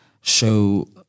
show